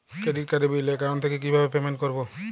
Credit কার্ডের bill account থেকে কিভাবে পেমেন্ট করবো?